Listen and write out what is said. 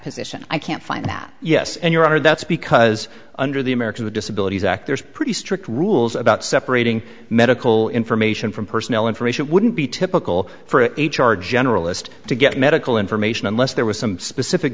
position i can't find that yes in your honor that's because under the americans with disabilities act there's pretty strict rules about separating medical information from personal information wouldn't be typical for a h r generalist to get medical information unless there was some specific